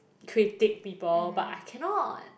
critique people but I cannot